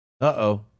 Uh-oh